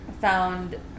found